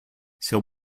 seu